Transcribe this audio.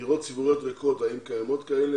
דירות ציבוריות ריקות בארץ, האם קיימות וכמה?